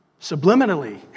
subliminally